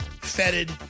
fetid